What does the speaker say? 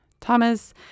Thomas